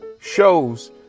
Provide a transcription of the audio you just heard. shows